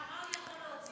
מה, מה הוא יכול להוציא, ?